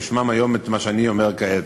בשמם היום את מה שאני אומר כעת.